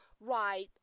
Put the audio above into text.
right